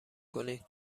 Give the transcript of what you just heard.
کنید